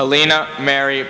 alina mary